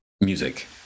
music